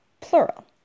plural